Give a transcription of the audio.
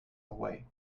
away